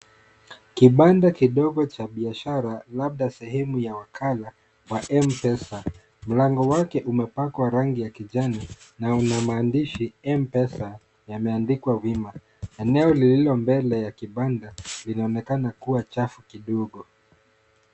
Kibanda kidogo cha biashara labda sehemu ya wakala ya M-Pesa, mlango wake umepakwa rangi ya kijani na una maandishi M-Pesa yameandikwa wima. Eneo lililo mbele ya kibanda linaonekana kuwa chafu kidogo.